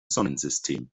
sonnensystem